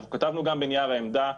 אנחנו כתבנו גם בנייר העמדה,